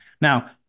Now